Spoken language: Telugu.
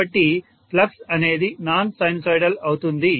కాబట్టి ఫ్లక్స్ అనేది నాన్ సైనుసోయిడల్ అవుతుంది